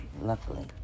Luckily